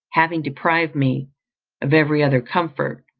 having deprived me of every other comfort,